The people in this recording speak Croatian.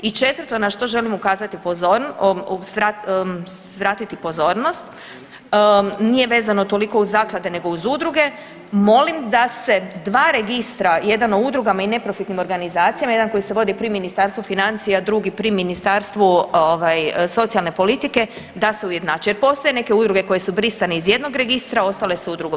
I četvrto na što želim svratiti pozornost nije vezano toliko uz zaklade nego uz udruge, molim da se dva registra, jedan o udrugama i neprofitnim organizacijama, jedan koji se vodi pri Ministarstvu financija, drugi pri Ministarstvu socijalne politike da se ujednače jer postoje neke udruge koje su brisane iz jednog registra, a ostale su u drugom.